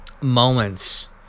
moments